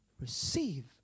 receive